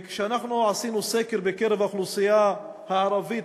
כשאנחנו עשינו סקר בקרב האוכלוסייה הערבית,